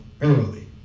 early